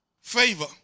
Favor